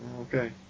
Okay